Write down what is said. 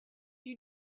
you